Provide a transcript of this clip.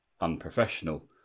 unprofessional